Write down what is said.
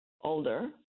older